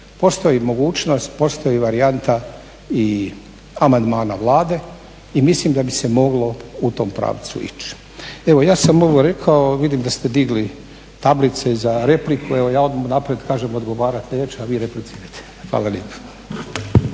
postoji mogućnost, postoji varijanta i amandmana Vlade i mislim da bi se moglo u tom pravcu ići. Evo ja sam ovo rekao, vidim da ste digli tablice za repliku, evo ja odmah unaprijed kažem odgovarati neću a vi replicirajte. Hvala lijepa.